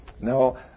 No